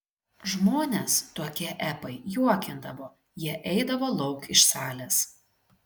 žmones tokie epai juokindavo jie eidavo lauk iš salės